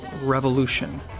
revolution